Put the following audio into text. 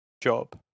job